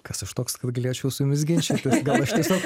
kas aš toks kad galėčiau su jumis ginčytis gal aš tiesiog